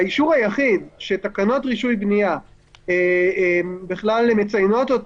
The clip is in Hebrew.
האישור היחיד שתקנות רישוי בנייה בכלל מציינות,